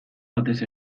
batez